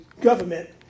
government